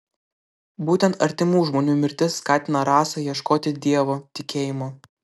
būtent artimų žmonių mirtis skatina rasą ieškoti dievo tikėjimo